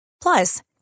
Plus